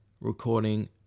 recording